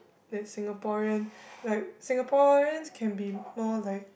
that Singaporean like Singaporeans can be more like